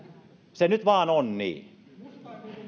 se nyt vain on niin